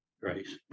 Grace